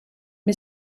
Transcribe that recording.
and